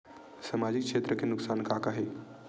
सामाजिक क्षेत्र के नुकसान का का हे?